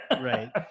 right